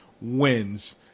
wins